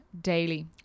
daily